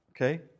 okay